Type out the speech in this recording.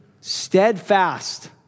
steadfast